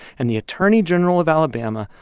and the attorney general of alabama,